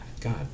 God